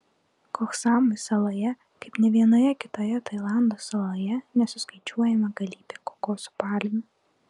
koh samui saloje kaip nė vienoje kitoje tailando saloje nesuskaičiuojama galybė kokoso palmių